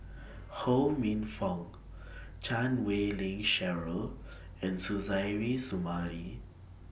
Ho Minfong Chan Wei Ling Cheryl and Suzairhe Sumari